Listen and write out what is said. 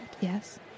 yes